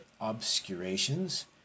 obscurations